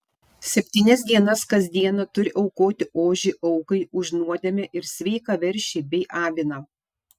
septynias dienas kas dieną turi aukoti ožį aukai už nuodėmę ir sveiką veršį bei aviną